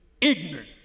Ignorant